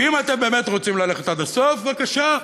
ואם אתם באמת רוצים ללכת עד הסוף, בבקשה.